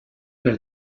per